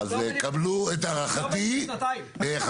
יש פה פעמיים אלא אם, בסדר?